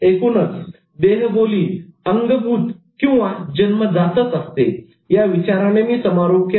एकूणच देहबोली अंगभूतजन्मजातच असते या विचाराने मी समारोप केला